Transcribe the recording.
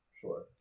Sure